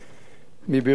מבירור הפרטים